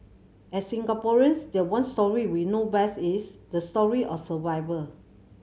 as Singaporeans the one story we know best is the story of survival